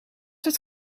het